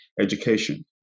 education